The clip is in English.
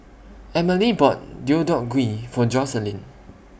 Emilie bought Deodeok Gui For Jocelyn